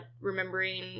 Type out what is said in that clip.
remembering